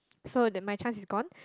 so the my chance is gone